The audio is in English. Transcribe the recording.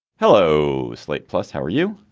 hello slate plus how are you